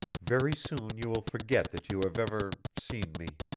very soon you will forget that you have ever seen me.